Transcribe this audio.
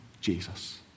Jesus